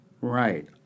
Right